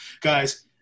guys